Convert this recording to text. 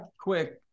quick